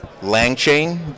Langchain